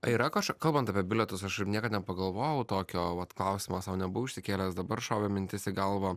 yra kažk kalbant apie bilietus aš niekad nepagalvojau tokio vat klausimo sau nebuvau išsikėlęs dabar šovė mintis į galvą